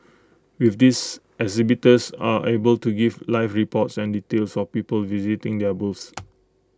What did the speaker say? with this exhibitors are able to give live reports and details of people visiting their booths